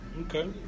okay